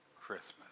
Christmas